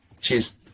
Cheers